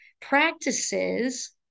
practices